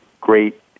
great